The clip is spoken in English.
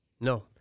No